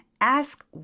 ask